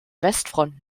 westfront